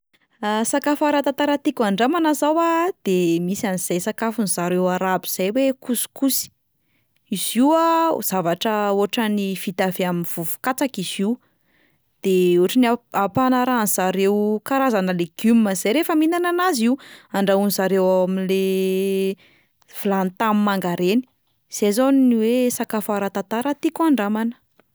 Ah sakafo ara-tantara tiako handramana zao a, de misy an'izay sakafon'zareo arabo zay hoe couscous, izy io a zavatra ohatran'ny vita avy amin'ny vovo-katsaka izy io, de ohatry ny a- ampanarahan'zareo karazana legioma zay rehefa mihinana anazy io, andrahoin'zareo ao amin'le vilany tanimanga reny, zay zao ny hoe sakafo ara-tantara tiako handramana.